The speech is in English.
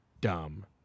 Dumb